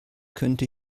könnte